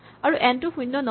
আৰু এন টো শূণ্য নহয়